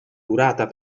durata